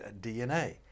DNA